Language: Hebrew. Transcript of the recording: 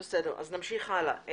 בסדר, אז נמשיך הלאה.